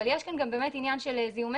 אבל יש כאן גם באמת עניין של זיהומי